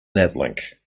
natlink